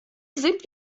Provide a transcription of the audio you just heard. sind